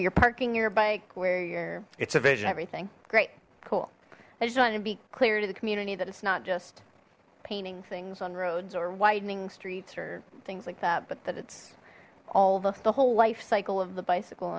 you're parking your bike where you're it's a vision everything great cool i just wanna be clear to the community that it's not just painting things on roads or widening streets or things like that but that it's all the whole lifecycle of the bicycle